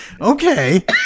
okay